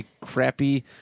crappy